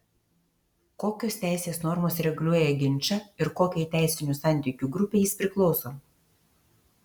kokios teisės normos reguliuoja ginčą ir kokiai teisinių santykių grupei jis priklauso